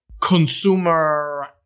consumer